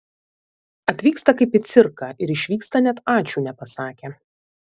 atvyksta kaip į cirką ir išvyksta net ačiū nepasakę